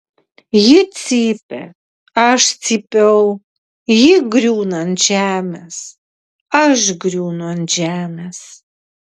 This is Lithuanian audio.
ji cypė aš cypiau ji griūna ant žemės aš griūnu ant žemės